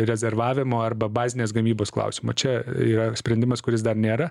rezervavimo arba bazinės gamybos klausimo čia yra sprendimas kuris dar nėra